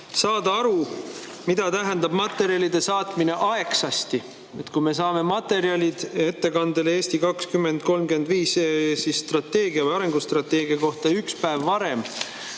saada, mida tähendab materjalide saatmine aegsasti. Kui me saame materjalid ettekande "Eesti 2035" arengustrateegia elluviimise kohta üks päev varem,